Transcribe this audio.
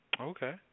Okay